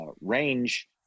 range